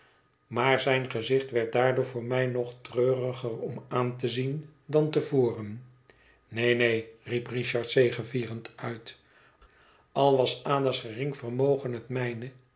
maar zijn gezicht werd daardoor voor mij nog treuriger om aan te zien dan te voren neen neen riep richard zegevierend uit al was ada's gering vermogen het mijne